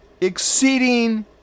Exceeding